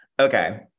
okay